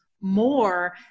more